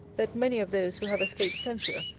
that many of those who have escaped censure,